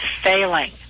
failing